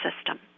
system